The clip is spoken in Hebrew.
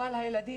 אבל הילדים,